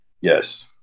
Yes